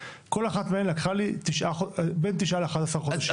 כל אחת מהן לקחה לי בין 9 ל-11 חודשים.